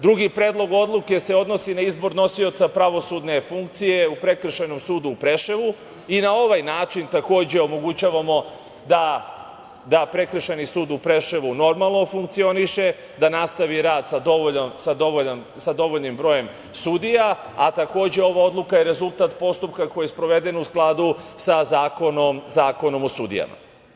Drugi predlog odluke se odnosi na izbor nosioca pravosudne funkcije u Prekršajnom sudu u Preševu i na ovaj način takođe omogućavamo da Prekršajni sud u Preševu normalno funkcioniše, da nastavi rad sa dovoljnim brojem sudija, a takođe ova odluka je rezultat postupka koji je sproveden u skladu sa Zakonom o sudijama.